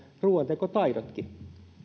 ruoantekotaidotkin